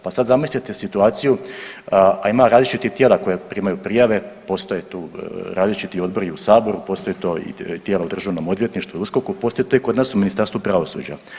Pa sad zamislite situaciju, a ima različitih tijela koja primaju prijave, postoje tu različiti odbori u saboru, postoji to i tijelo u državnom odvjetništvu i USKOK-u postoji to i kod nas u Ministarstvu pravosuđa.